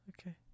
Okay